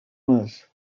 más